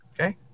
Okay